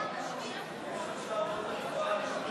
לא נתקבלה.